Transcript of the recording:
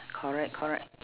correct correct